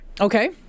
Okay